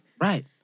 Right